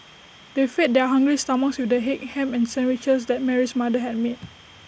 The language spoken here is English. they fed their hungry stomachs with the egg and Ham Sandwiches that Mary's mother had made